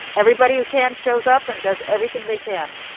everybody who can shows up and does everything they can.